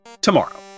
tomorrow